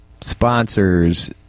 sponsors